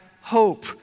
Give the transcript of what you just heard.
hope